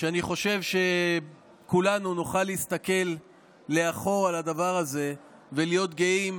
ואני חושב שכולנו נוכל להסתכל לאחור על הדבר הזה ולהיות גאים